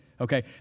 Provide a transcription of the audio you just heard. Okay